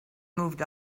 moved